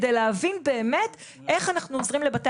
כדי להבין באמת איך אנחנו עוזרים לבתי